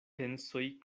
pensoj